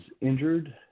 injured